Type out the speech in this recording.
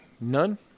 None